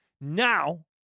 Now